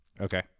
Okay